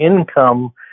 income